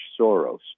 Soros